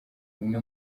bimwe